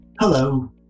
hello